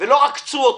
ולא עקצו אותי.